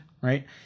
right